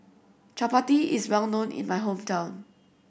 Chappati is well known in my hometown